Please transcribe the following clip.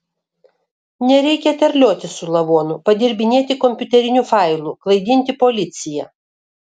nereikia terliotis su lavonu padirbinėti kompiuterinių failų klaidinti policiją